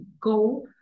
go